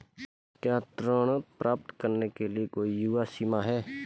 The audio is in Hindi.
क्या ऋण प्राप्त करने के लिए कोई आयु सीमा है?